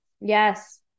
Yes